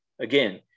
again